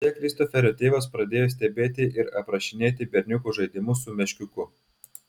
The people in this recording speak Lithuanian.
čia kristoferio tėvas pradėjo stebėti ir aprašinėti berniuko žaidimus su meškiuku